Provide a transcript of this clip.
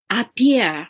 appear